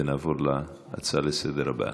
ונעבור להצעה לסדר-היום הבאה.